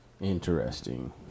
Interesting